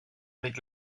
avec